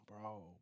Bro